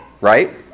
right